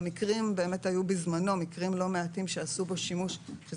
היו בזמנו מקרים לא מעטים שעשו בו שימוש כאשר